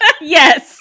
Yes